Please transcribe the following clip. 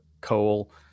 coal